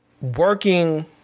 Working